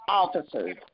officers